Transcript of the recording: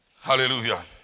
hallelujah